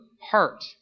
heart